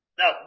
no